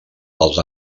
dels